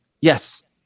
Yes